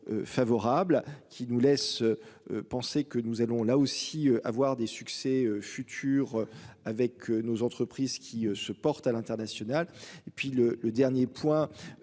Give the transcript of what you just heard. Favorable qui nous laisse. Penser que nous allons, là aussi avoir des succès futur avec nos entreprises qui se porte à l'international et puis le, le dernier point.